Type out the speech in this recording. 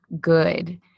good